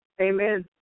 Amen